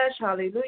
hallelujah